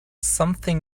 something